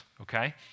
okay